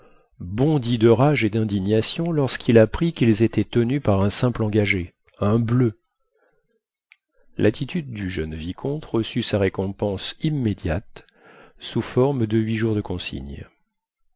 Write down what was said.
bondit de rage et dindignation lorsquil apprit quils étaient tenus par un simple engagé un bleu lattitude du jeune vicomte reçut sa récompense immédiate sous forme de huit jours de consigne